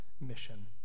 mission